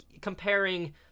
comparing